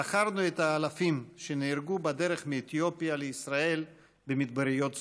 זכרנו את האלפים שנהרגו בדרך מאתיופיה לישראל במדבריות סודן.